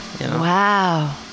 Wow